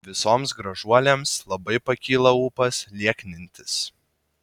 visoms gražuolėms labai pakyla ūpas lieknintis